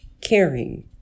caring